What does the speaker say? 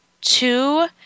two